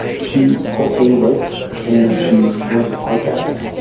she also writes and she runs the podcast,